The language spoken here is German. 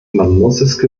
muss